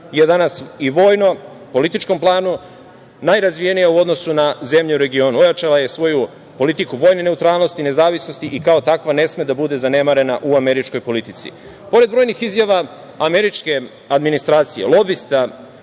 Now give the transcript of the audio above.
je danas i vojno i na političkom planu najrazvijenija u odnosu na zemlje u regionu. Ojačala je svoju politiku vojne neutralnosti, nezavisnosti i kao takva ne sme da bude zanemarena u američkoj politici. Pored brojnih izjava američke administracije, lobista